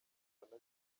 nacyo